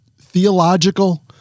theological